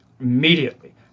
immediately